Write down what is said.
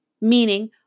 Meaning